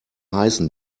heißen